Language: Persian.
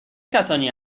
کسانی